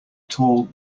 tall